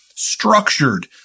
structured